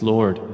Lord